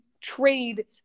trade